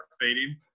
fading